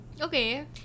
Okay